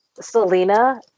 Selena